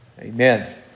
Amen